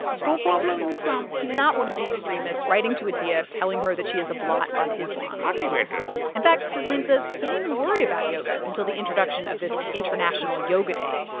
so problem in islam he's not one of the extremists writing to atiya telling her that she is a blot on islam hardly matters in fact, tasleem says he didn't even worry about yoga until the introduction of this international yoga day.